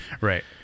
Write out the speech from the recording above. Right